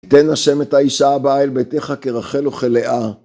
תן השם את האישה הבאה אל ביתך כרחל וכלאה.